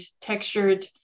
textured